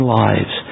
lives